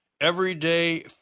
Everyday